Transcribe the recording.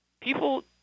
people